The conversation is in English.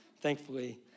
thankfully